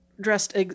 dressed